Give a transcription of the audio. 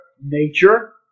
nature